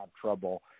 trouble –